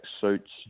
suits